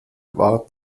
war